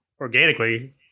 organically